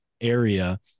area